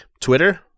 Twitter